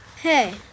hey